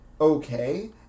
okay